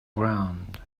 ground